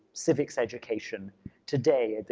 civics education today, but